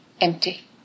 Empty